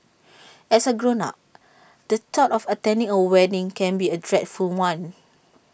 as A grown up the thought of attending A wedding can be A dreadful one